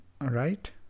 Right